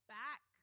back